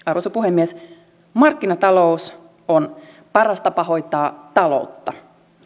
arvoisa puhemies markkinatalous on paras tapa hoitaa taloutta